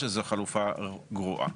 שזו חלופה גרועה.